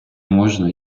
можна